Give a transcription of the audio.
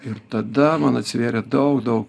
ir tada man atsivėrė daug daug